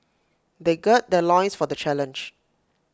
they gird their loins for the challenge